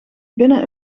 binnen